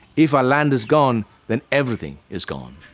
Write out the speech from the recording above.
if our land is gone then everything is gone.